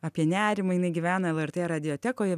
apie nerimą jinai gyvena lrt radiotekoje